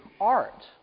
art